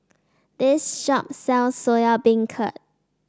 this shop sells Soya Beancurd